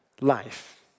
life